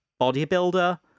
bodybuilder